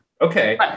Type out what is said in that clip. Okay